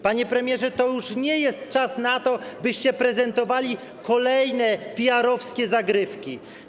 Panie premierze, to już nie jest czas na to, byście prezentowali kolejne PR-owskie zagrywki.